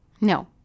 No